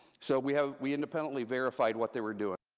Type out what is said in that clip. so we have, we independently verified what they were doing.